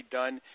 done